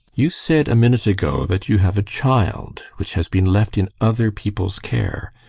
you said a minute ago that you have a child which has been left in other people's care.